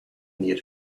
near